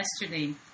yesterday